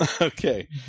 Okay